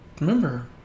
remember